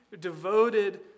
devoted